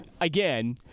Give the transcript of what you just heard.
again